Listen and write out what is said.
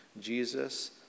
Jesus